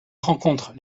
rencontre